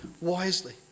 wisely